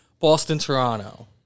Boston-Toronto